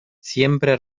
siempre